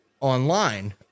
online